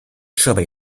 设备